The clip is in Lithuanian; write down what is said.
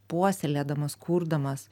puoselėdamas kurdamas